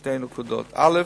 שתי נקודות: א.